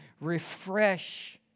refresh